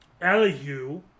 Elihu